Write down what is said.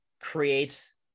creates